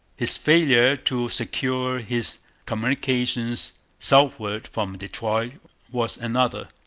his failure to secure his communications southward from detroit was another.